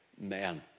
men